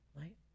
right